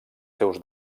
seus